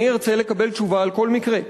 אני ארצה לקבל תשובה על כל מקרה.